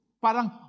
Parang